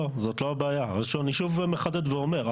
אני שוב מחדד ואומר,